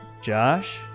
Josh